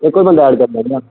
इक होर बंदा ऐड करी लैन्ने आं